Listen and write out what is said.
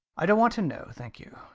i don't want to know, thank you.